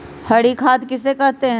हरी खाद किसे कहते हैं?